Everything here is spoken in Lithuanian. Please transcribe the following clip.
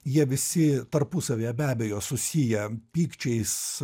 jie visi tarpusavyje be abejo susiję pykčiais